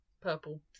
purple